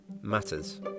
matters